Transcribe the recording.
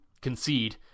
concede